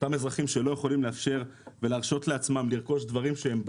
אותם אזרחים שלא יכולים לאפשר ולהרשות לעצמם לרכוש דברים שהם בסיס,